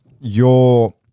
your-